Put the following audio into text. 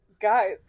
guys